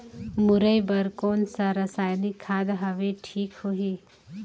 मुरई बार कोन सा रसायनिक खाद हवे ठीक होही?